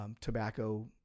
tobacco